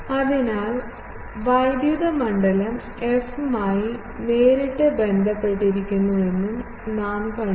അതിനാൽ വൈദ്യുത മണ്ഡലം f മായി നേരിട്ട് ബന്ധപ്പെട്ടിരിക്കുന്നുവെന്നും നാം കണ്ടു